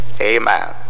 Amen